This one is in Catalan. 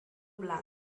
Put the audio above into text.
blanc